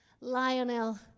Lionel